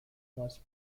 was